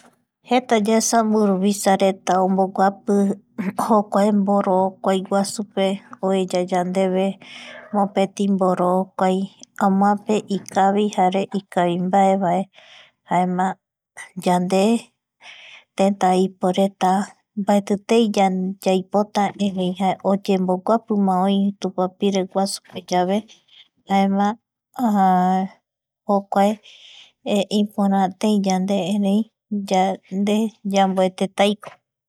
Jeta yaesa mburuvisareta omboguapi jokuae mborookuai guasu oeya yande ve mopeti mborookuai amoape ikavi jare ikavimbaevae jaema yande teta iporeta mbaetitei yaipota erei oyemboguapima oi tupapireguasupe yave jaema jokuae iporaatei yande erei yande yamboetetaiko